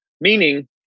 Meaning